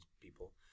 people